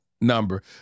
number